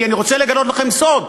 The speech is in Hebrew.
כי אני רוצה לגלות לכם סוד,